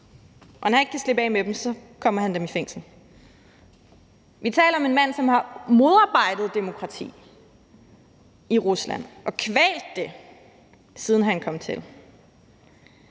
og når han ikke kan slippe af med dem, så putter han dem i fængsel. Vi taler om en mand, som har modarbejdet demokrati i Rusland og kvalt det, siden han kom til.